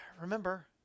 Remember